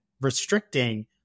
restricting